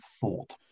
thought